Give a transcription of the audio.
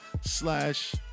slash